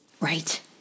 Right